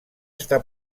està